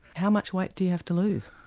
how much weight do you have to lose?